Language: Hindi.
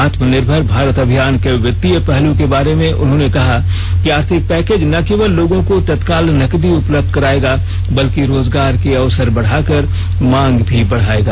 आत्मनिर्भर भारत अभियान के वित्तीय पहलू के बारे में उन्होंने कहा कि आर्थिक पैकेज न केवल लोगों को तत्काल नकदी उपलब्ध कराएगा बल्कि रोजगार के अवसर बढाकर मांग भी बढाएगा